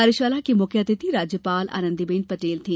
कार्यशाला की मुख्य अतिथि राज्यपाल आनंदीबेन पटेल थी